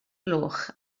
gloch